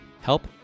Help